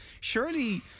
Surely